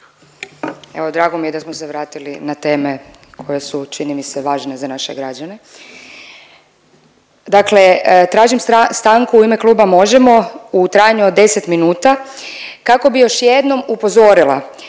Evo drago mi je da smo se vratili na teme koje su čini mi se važne za naše građane. Dakle, tražim stanku u ime Kluba Možemo! u trajanju od 10 minuta kako bi još jednom upozorila